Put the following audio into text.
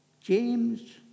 James